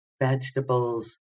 vegetables